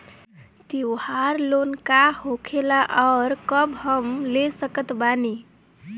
त्योहार लोन का होखेला आउर कब हम ले सकत बानी?